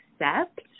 accept